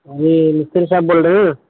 جی مستری صاحب بول رہے ہیں